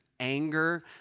anger